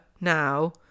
now